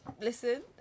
listen